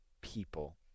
people